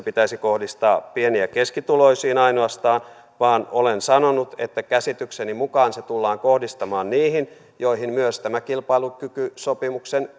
pitäisi kohdistaa pieni ja keskituloisiin ainoastaan vaan olen sanonut että käsitykseni mukaan se tullaan kohdistamaan niihin joihin myös tämä kilpailukykysopimuksen